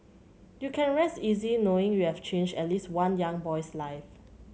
you can rest easy knowing you've changed at least one young boy's life